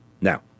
Now